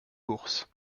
bourse